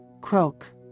croak